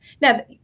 Now